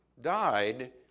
died